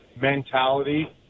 mentality